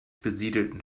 besiedelten